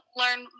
learn